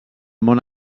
món